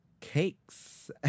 cakes